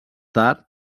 tard